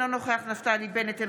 אינו נוכח נפתלי בנט,